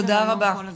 תודה רבה.